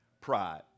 Pride